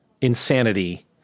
insanity